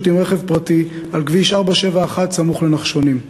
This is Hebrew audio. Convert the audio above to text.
עם רכב פרטי על כביש 471 סמוך לנחשונים,